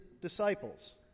disciples